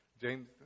James